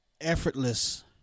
effortless